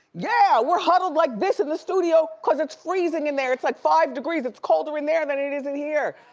yeah, we're huddled like this in the studio cause it's freezing in there, it's like five degrees, it's colder in there than it is in here.